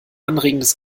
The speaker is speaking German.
anregendes